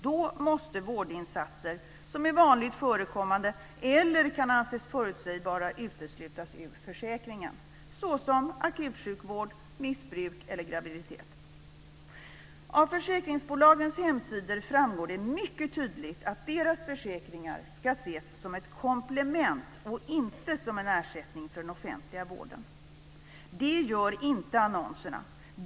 Då måste vårdinsatser som är vanligt förekommande eller kan anses förutsägbara uteslutas ur försäkringen, såsom akutsjukvård, vård vid missbruk eller vid graviditet. Av försäkringsbolagens hemsidor framgår det mycket tydligt att deras försäkringar ska ses som ett komplement och inte som en ersättning för den offentliga vården. Det framgår inte av annonserna.